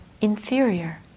inferior